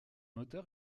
auteur